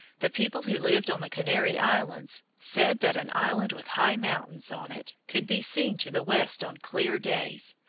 the people who lived on the canary islands said that an island with high mountains on it could be seen to the west on clear days,